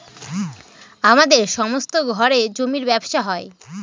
আমাদের সমস্ত ঘরে জমির ব্যবসা হয়